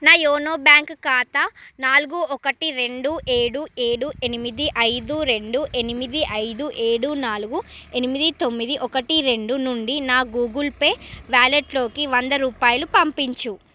నా YONO bank ఖాతా నాలుగు ఒకటి రెండు ఏడు ఏడు ఎనిమిది ఐదు రెండు ఎనిమిది ఐదు ఏడు నాలుగు ఎనిమిది తొమ్మిది ఒకటి రెండు నుండి నా గూగుల్ పే వ్యాలెట్లోకి వంద రూపాయలు పంపించుము